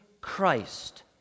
Christ